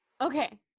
okay